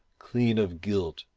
clean of guilt,